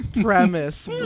premise